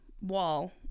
wall